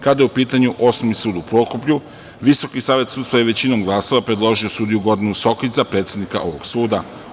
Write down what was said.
Kada je u pitanju Osnovni sud u Prokuplju, Visoki savet sudstva je većinom glasova predložio sudiju Gordanu Sokić za predsednika ovog suda.